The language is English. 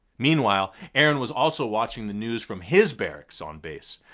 meanwhile, aaron was also watching the news from his barracks on base.